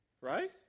right